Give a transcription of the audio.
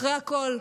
אחרי הכול,